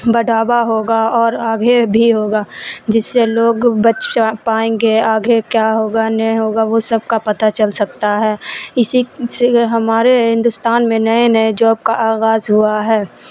بڑھاوا ہوگا اور آگے بھی ہوگا جس سے لوگ بچ پائیں گے آگے کیا ہوگا نہیں ہوگا وہ سب کا پتہ چل سکتا ہے اسی سے ہمارے ہندوستان میں نئے نئے جاب کا آغاز ہوا ہے